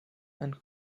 and